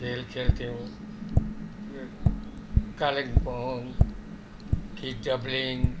खेल खेल्थ्यौँ र कालिम्पोङ गिडाब्लिङ